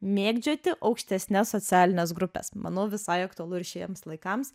mėgdžioti aukštesnes socialines grupes manau visai aktualu ir šiems laikams